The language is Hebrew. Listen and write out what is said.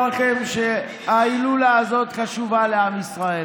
ואני רוצה לומר לכם שההילולה הזאת חשובה לעם ישראל,